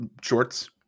shorts